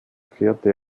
kehrte